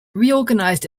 reorganized